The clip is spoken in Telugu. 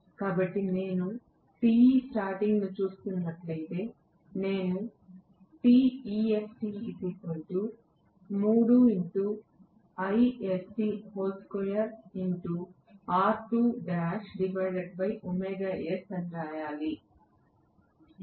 కాబట్టి నేను Te starting చూస్తున్నట్లయితే నేను వ్రాయగలగాలి ఎందుకంటే s 1